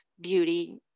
beauty